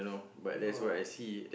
no